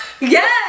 Yes